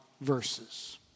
verses